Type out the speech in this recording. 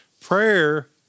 prayer